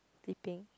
sleeping